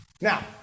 now